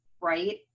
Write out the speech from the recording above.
right